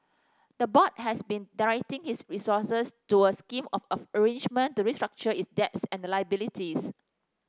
the board has been directing its resources to a scheme of arrangement to restructure its debts and liabilities